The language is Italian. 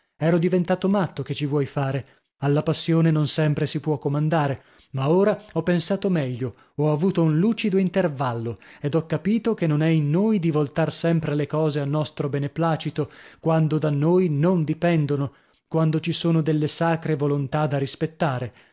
ero diventato matto che ci vuoi fare alla passione non sempre si può comandare ma ora ho pensato meglio ho avuto un lucido intervallo ed ho capito che non è in noi di voltar sempre le cose a nostro beneplacito quando da noi non dipendono quando ci sono delle sacre volontà da rispettare